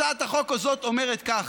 הצעת החוק הזאת אומרת כך: